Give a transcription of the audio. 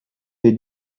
est